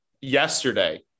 yesterday